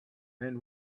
and